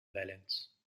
balance